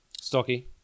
Stocky